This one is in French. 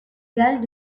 galles